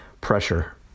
pressure